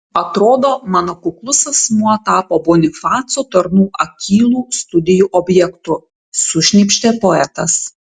atrodo mano kuklus asmuo tapo bonifaco tarnų akylų studijų objektu sušnypštė poetas